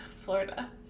Florida